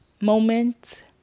moment